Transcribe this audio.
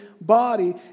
body